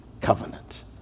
covenant